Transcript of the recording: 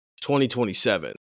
2027